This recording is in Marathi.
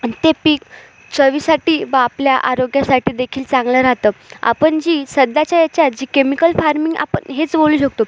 आणि ते पीक चवीसाठी ब आपल्या आरोग्यासाठीदेखील चांगलं राहतं आपण जी सध्याच्या याच्यात जी केमिकल फार्मिंग आपण हेच बोलू शकतो